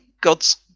god's